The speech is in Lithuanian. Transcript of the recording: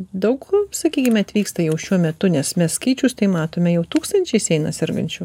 daug sakykime atvyksta jau šiuo metu nes mes skaičius tai matome jau tūkstančiais eina sergančių